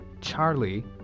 Charlie